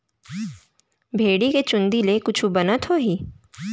भेड़ी के चूंदी ले कुछु बनत होही?